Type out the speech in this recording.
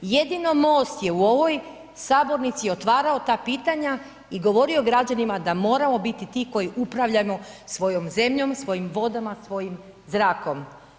Jedino Most je u ovoj sabornici otvarao ta pitanja i govorio građanima da moramo biti ti koji upravljamo svojom zemljom, svojim vodama, svojim zrakom.